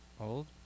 old